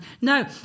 No